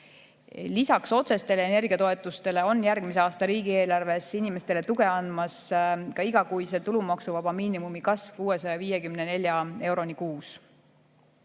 Lisaks otsestele energiatoetustele annab järgmise aasta riigieelarvest inimestele tuge ka igakuise tulumaksuvaba miinimumi kasv 654 euroni kuus.